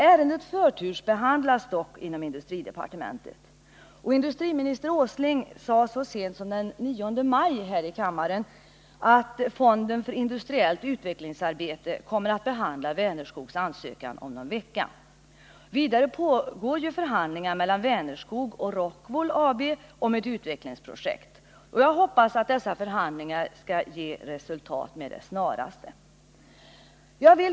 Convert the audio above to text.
Ärendet förtursbehandlas dock inom industridepartementet, och industriminister Åsling sade så sent som den 9 maj här i kammaren att fonden för industriellt utvecklingsarbete kommer att behandla Vänerskogs ansökan om någon vecka. Vidare pågår ju förhandlingar mellan Vänerskog och Rockwool AB om ett utvecklingsprojekt. Jag hoppas att dessa förhandlingar skall ge resultat med det snaraste.